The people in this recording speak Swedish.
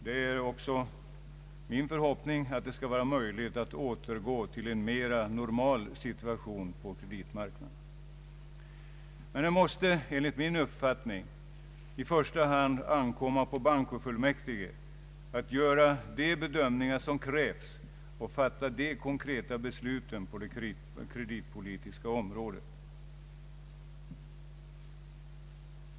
Det är också min förhoppning att det skall vara möjligt att återgå till en mera normal situation på kreditmarknaden. Men det måste enligt min uppfattning i första hand ankomma på bankofullmäktige att göra de bedömningar som krävs och fatta de konkreta besluten på det kreditpolitiska området.